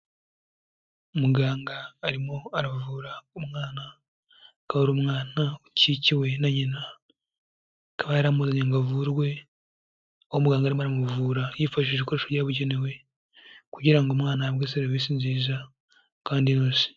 Muganga arimo aravura umwana, akaba ari umwana ukikiwe na nyina, akaba yaramuzanye ngo avurwe, uwo muganga arimo aramuvura yifashishije ibikoresho byabugenewe, kugira umwana ahabwe serivisi nziza kandi inoze.